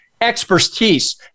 Expertise